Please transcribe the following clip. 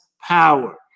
power